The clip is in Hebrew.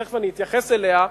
ותיכף אני אתייחס אליה,